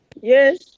Yes